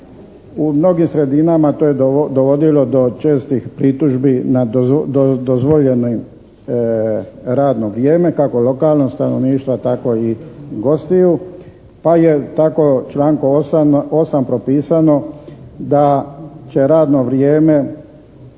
U mnogim sredinama to je dovodilo do čestih pritužbi na dozvoljeno radno vrijeme kako lokalnog stanovništva tako i gostiju pa je tako u članku 8. propisano da će radno vrijeme